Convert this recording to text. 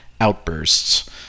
outbursts